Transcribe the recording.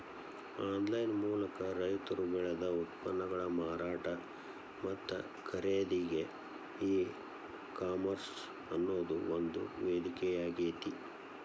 online ಮೂಲಕ ರೈತರು ಬೆಳದ ಉತ್ಪನ್ನಗಳ ಮಾರಾಟ ಮತ್ತ ಖರೇದಿಗೆ ಈ ಕಾಮರ್ಸ್ ಅನ್ನೋದು ಒಂದು ವೇದಿಕೆಯಾಗೇತಿ